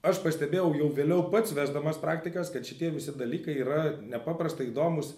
aš pastebėjau jau vėliau pats vesdamas praktikas kad šitie visi dalykai yra nepaprastai įdomūs